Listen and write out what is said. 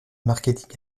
marketing